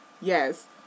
Yes